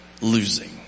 Losing